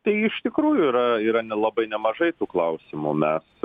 tai iš tikrųjų yra yra ne labai nemažai tų klausimų mes